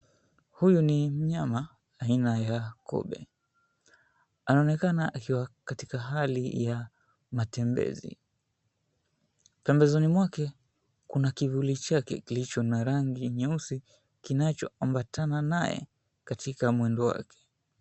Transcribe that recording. Huyu ni mnyama aina ya kobe anaonekana akiwa katika hali ya matembezi. Pembezoni mwake kuna kivuli chake kilicho na rangi nyeusi kinachoambatana naye katika mwendo wake.